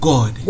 God